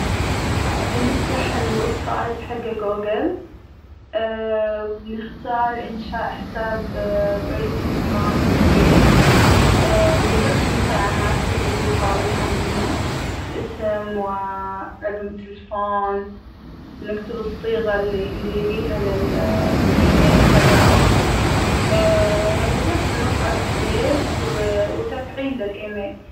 بنفتح الويب سايت حق جوجل اااا- بنختار إنشاء حساب بريد إلكترونى جديد بندخل البيانات اللى هو طالبها منا ، الأسم و رقم التلفون، نكتب الصيغة اللى يبيها للإيميل تبعوا اااا- ، وبس بنضعط حفظ- وا -وتفعيل للإيميل.